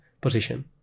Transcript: position